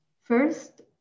First